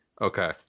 okay